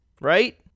right